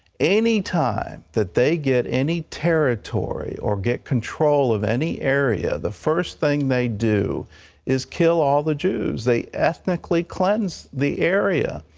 any time that they get any territory or get control of any area, the first thing they do is kill all of the jews. they ethnically cleanse the area.